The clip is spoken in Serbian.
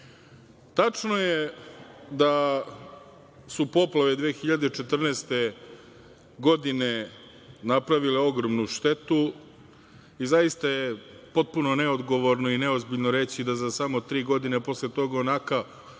je da su poplave 2014. godine napravile ogromnu štetu, i zaista je potpuno neodgovorno i neozbiljno reći da za samo tri godine, a posle toga onakav